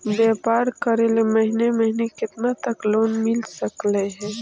व्यापार करेल महिने महिने केतना तक लोन मिल सकले हे?